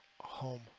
home